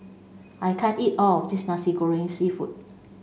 I can't eat all of this nasi goreng seafood